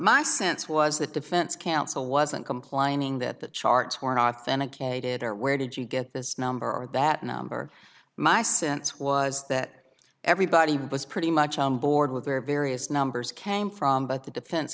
my sense was that defense counsel wasn't complaining that the charts or authenticated or where did you get this number or that number my sense was that everybody was pretty much on board with their various numbers came from but the defense